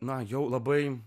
na jau labai